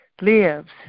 lives